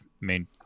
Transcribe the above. main